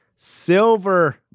Silver